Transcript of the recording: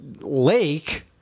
lake